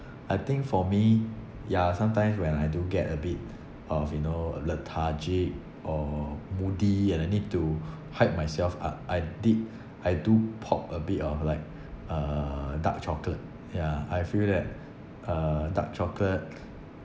I think for me ya sometimes when I do get a bit out of you know lethargic or moody and I need to hide myself up I did I do pop a bit of like uh dark chocolate ya I feel that uh dark chocolate